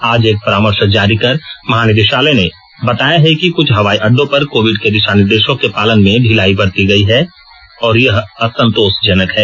आज एक परामर्श जारी कर महानिदेशालय ने बताया है कि कुछ हवाई अज्ञों पर कोविड के दिशा निर्देशों के पालन में ढिलाई बरती गई है और यह असंतोषजनक है